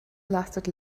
lasted